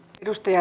kiitos